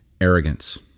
arrogance